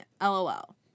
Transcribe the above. LOL